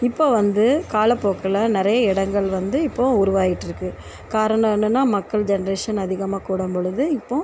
இப்போ வந்து காலப்போக்கில் நிறைய இடங்கள் வந்து இப்போ உருவாகிட்டு இருக்கு கரணம் என்னென்னா மக்கள் ஜென்ரேஷன் அதிகமாக கூடம் பொழுது இப்போ